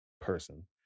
person